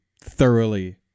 thoroughly